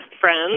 friends